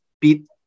beat